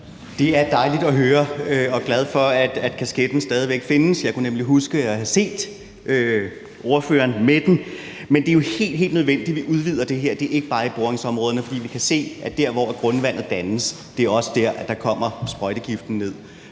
Det er dejligt at høre, og jeg er glad for, at kasketten stadig væk findes. Jeg kunne nemlig huske at have set ordføreren med den. Men det er jo helt, helt nødvendigt, at vi udvider det her, og det er ikke bare i boringsområderne, for vi kan se, at der, hvor grundvandet dannes, også er der, sprøjtegiften